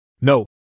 No